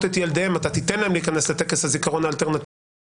את ילדיהן אתה תיתן להם להיכנס לטקס הזיכרון האלטרנטיבי,